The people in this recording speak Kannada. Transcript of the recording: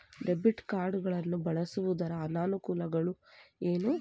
ಡೆಬಿಟ್ ಕಾರ್ಡ್ ಗಳನ್ನು ಬಳಸುವುದರ ಅನಾನುಕೂಲಗಳು ಏನು?